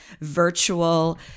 virtual